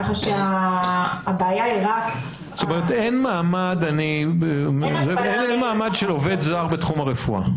ככה שהבעיה היא רק --- זאת אומרת אין מעמד של עובד זר בתחום הרפואה.